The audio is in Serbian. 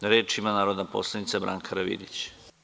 Reč ima narodna poslanica Branka Karavidić.